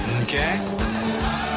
Okay